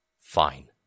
fine